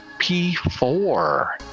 P4